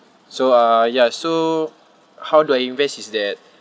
so uh ya so how do I invest is that